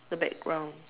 the background